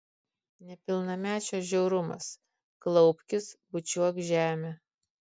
nepilnamečio žiaurumas klaupkis bučiuok žemę